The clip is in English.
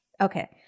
okay